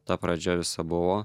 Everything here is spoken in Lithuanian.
ta pradžia visa buvo